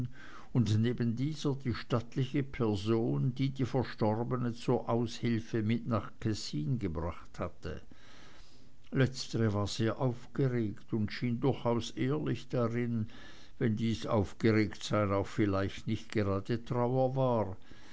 und neben dieser die stattliche person die die verstorbene zur aushilfe mit nach kessin gebracht hatte letztere war sehr aufgeregt und schien durchaus ehrlich darin wenn dies aufgeregtsein auch vielleicht nicht gerade trauer war